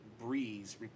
Breeze